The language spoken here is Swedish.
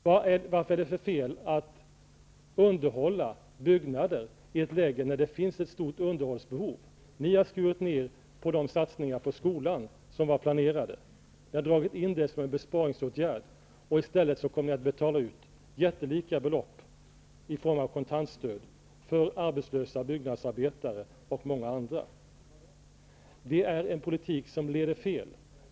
Vad är det för fel att underhålla byggnader i ett läge när det finns ett stort underhållsbehov? Ni har skurit ner på de satsningar på skolan som var planerade. Ni har dragit in det som en besparingsåtgärd. I stället kommer ni att betala ut jättelika belopp i kontantstöd till arbetslösa byggnadsarbetare och många andra. Det är en politik som leder fel.